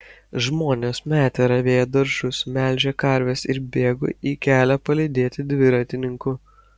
žmonės metė ravėję daržus melžę karves ir bėgo į kelią palydėti dviratininkų